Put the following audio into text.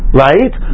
right